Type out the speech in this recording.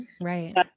Right